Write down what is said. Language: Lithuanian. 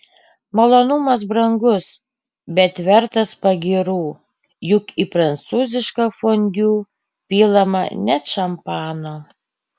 malonumas brangus bet vertas pagyrų juk į prancūzišką fondiu pilama net šampano